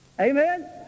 Amen